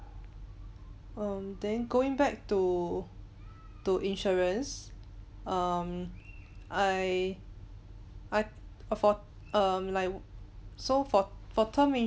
um then going back to to insurance um I I for um like so for for term